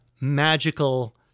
magical